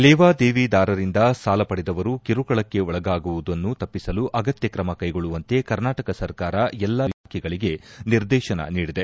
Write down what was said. ಲೇವಾದೇವಿದಾರರಿಂದ ಸಾಲ ಪಡೆದವರು ಕಿರುಕುಳಕ್ಕೆ ಒಳಗಾಗುವುದು ತಪ್ಪಸಲು ಅಗತ್ತಕ್ರಮ ಕೈಗೊಳ್ಳುವಂತೆ ಕರ್ನಾಟಕ ಸರ್ಕಾರ ಎಲ್ಲಾ ಜಿಲ್ಲಾ ಪೊಲೀಸ್ ಇಲಾಖೆಗಳಿಗೆ ನಿರ್ದೇತನ ನೀಡಿದೆ